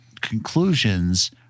conclusions